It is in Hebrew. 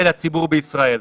ואל הציבור בישראל,